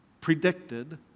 predicted